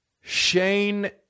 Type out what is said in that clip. Shane